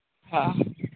हाँ